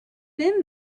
then